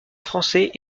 français